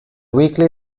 weekly